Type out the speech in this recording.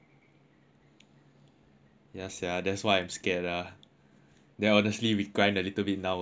ya sia that's why I'm scared lah then honestly we grind a little bit now also makes no difference